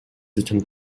attempt